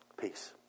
Peace